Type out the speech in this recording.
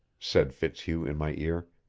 said fitzhugh in my ear.